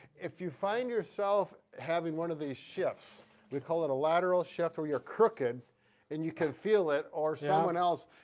if you find yourself having one of these shifts we call it a lateral shift where you're crooked and you can feel it or yeah and else